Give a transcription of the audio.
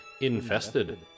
infested